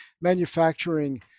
manufacturing